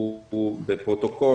ערוץ אחד הוא בפרוטוקול,